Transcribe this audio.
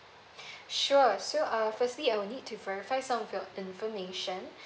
sure so uh firstly I will need to verify some of your information